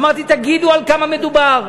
אמרתי: תגידו על כמה מדובר,